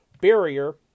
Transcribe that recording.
barrier